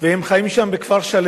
והם חיים שם בכפר-שלם